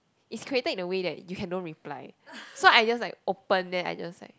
is created in a way that you can don't reply so I just like open then I just like